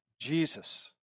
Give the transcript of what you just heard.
Jesus